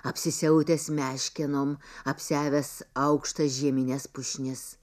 apsisiautęs meškenom apsiavęs aukštas žiemines pušnis